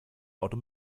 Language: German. auto